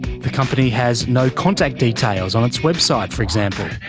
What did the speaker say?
the company has no contact details on its website, for example,